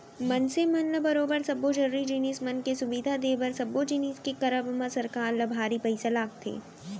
मनसे मन ल बरोबर सब्बो जरुरी जिनिस मन के सुबिधा देय बर सब्बो जिनिस के करब म सरकार ल भारी पइसा लगथे